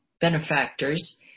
benefactors